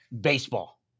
Baseball